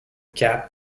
cap